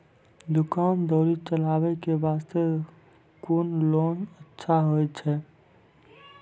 दुकान दौरी चलाबे के बास्ते कुन लोन अच्छा होय छै?